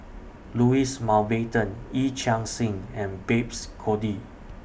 Louis Mountbatten Yee Chia Hsing and Babes Conde